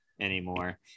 anymore